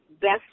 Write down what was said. best